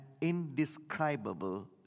indescribable